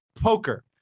poker